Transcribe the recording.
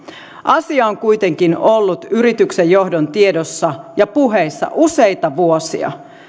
asia on kuitenkin ollut yrityksen johdon tiedossa ja puheissa useita vuosia